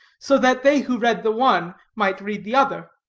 so that they who read the one might read the other.